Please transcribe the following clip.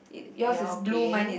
ya okay